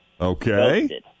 Okay